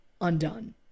undone